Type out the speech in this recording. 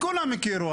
כולם הכירו.